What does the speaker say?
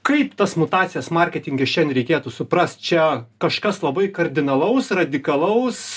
kaip tas mutacijas marketinge šiandien reikėtų suprast čia kažkas labai kardinalaus radikalaus